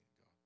God